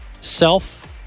self